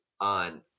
on